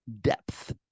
depth